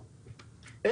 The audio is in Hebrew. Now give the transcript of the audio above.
--- לעליון?